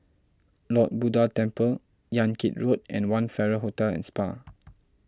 Lord Buddha Temple Yan Kit Road and one Farrer Hotel and Spa